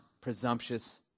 presumptuous